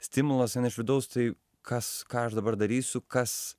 stimulas eina iš vidaus tai kas ką aš dabar darysiu kas